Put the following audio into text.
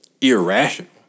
irrational